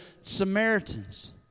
Samaritans